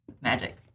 magic